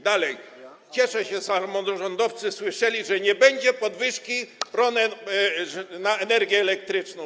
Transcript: Dalej, cieszę się - samorządowcy słyszeli - że nie będzie podwyżki cen energii elektrycznej.